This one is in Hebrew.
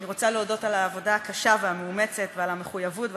אני רוצה להודות על העבודה הקשה והמאומצת ועל המחויבות,